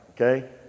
okay